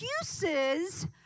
excuses